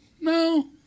No